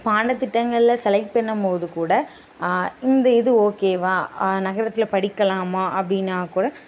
பாடத்திட்டங்களில் select பண்ணும் போது கூட இந்த இது ஓகேவா நகரத்தில் படிக்கலாமா அப்படின்னாக்கூட